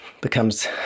becomes